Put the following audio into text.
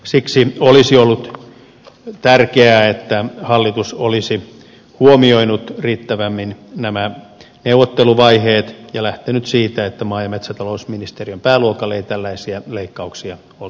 siksi olisi ollut tärkeää että hallitus olisi huomioinut riittävämmin nämä neuvotteluvaiheet ja lähtenyt siitä että maa ja metsätalousministeriön pääluokalle ei tällaisia leikkauksia olisi toteutettu